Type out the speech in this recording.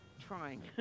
trying